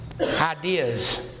ideas